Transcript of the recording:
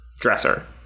dresser